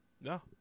No